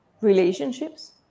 relationships